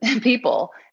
people